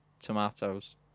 Tomatoes